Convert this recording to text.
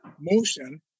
motion